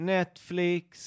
Netflix